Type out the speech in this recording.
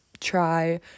try